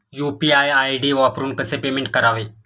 UPI ID वापरून कसे payment करावे?